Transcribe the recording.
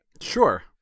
Sure